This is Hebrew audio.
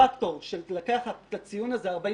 פקטור של לקחת את הציון הזה, 48,